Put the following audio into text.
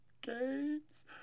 games